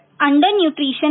undernutrition